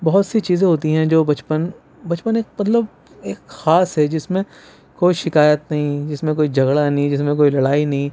بہت سی چیزیں ہوتی ہیں جو بچپن بچپن ایک مطلب ایک خاص ہے جس میں کوئی شکایت نہیں جس میں کوئی جھگڑا نہیں جس میں کوئی لڑائی نہیں